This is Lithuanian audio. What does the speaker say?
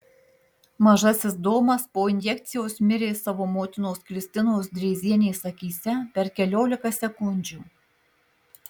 mažasis domas po injekcijos mirė savo motinos kristinos drėzienės akyse per keliolika sekundžių